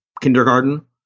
kindergarten